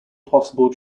possible